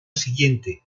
siguiente